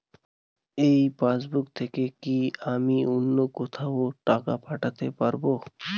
এই পাসবুক থেকে কি আমি অন্য কোথাও টাকা পাঠাতে পারব?